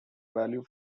value